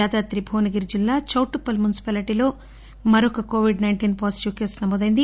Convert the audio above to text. యాదాద్రి భువనగిరి జిల్లా చౌటుప్పల్ మున్సిపాలిటీలో మరొక కోబాడ్ సైన్టీన్ పాజిటివ్ కేసు నమోదైంది